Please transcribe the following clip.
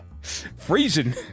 Freezing